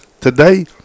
today